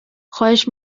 خواهش